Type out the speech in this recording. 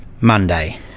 Monday